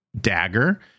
Dagger